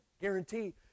Guarantee